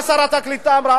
מה שרת הקליטה אמרה?